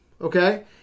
Okay